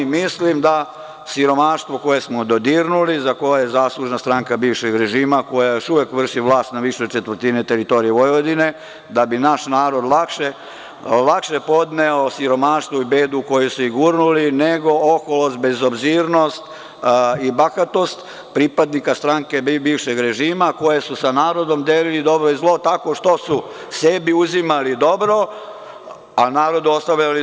Mislim da siromaštvo koje smo dodirnuli, za koje je zaslužna stranka bivšeg režima, koja još uvek vrši vlast na više od četvrtine teritorije Vojvodine, da bi naš narod lakše podneo siromaštvo i bedu, u koju su je gurnuli nego oholost, bezobzirnost i bahatost pripadnika stranke bivšeg režima, koje su sa narodom delili dobro i zlo tako što su sebi uzimali dobro, a narodu ostavljali zlo.